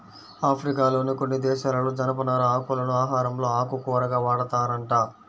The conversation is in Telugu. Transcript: ఆఫ్రికాలోని కొన్ని దేశాలలో జనపనార ఆకులను ఆహారంలో ఆకుకూరగా వాడతారంట